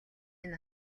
энэ